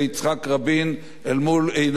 אל מול עיני חיילים במדים,